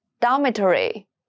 Dormitory